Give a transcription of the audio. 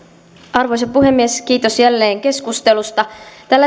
arvoisa puhemies kiitos jälleen keskustelusta täällä